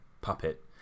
puppet